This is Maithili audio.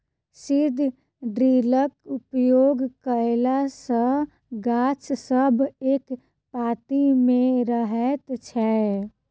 सीड ड्रिलक उपयोग कयला सॅ गाछ सब एक पाँती मे रहैत छै